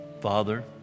Father